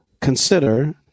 consider